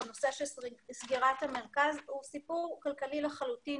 הנושא של סגירת המרכז הוא סיפור כלכלי לחלוטין,